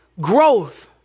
growth